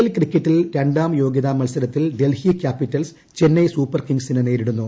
L ക്രിക്കറ്റിൽ രണ്ടാം യോഗൃതാ മത്സരത്തിൽ ഡൽഹി ക്യാപിറ്റൽസ് ചെന്നൈ സൂപ്പർ കിങ്സിനെ നേരിടുന്നു